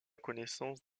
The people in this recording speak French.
connaissance